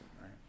right